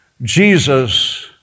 Jesus